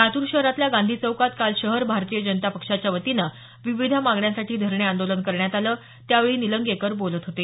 लातूर शहरातल्या गांधी चौकात काल शहर भारतीय जनता पक्षाच्या वतीनं विविध मागण्यांसाठी धरणे आंदोलन करण्यात आलं त्यावेळी निलंगेकर बोलत होते